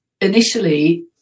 initially